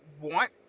want